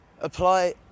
apply